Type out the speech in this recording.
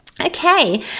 Okay